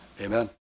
amen